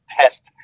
test